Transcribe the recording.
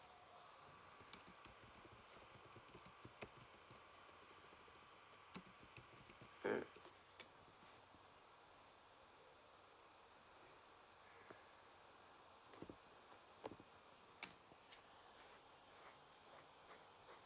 mm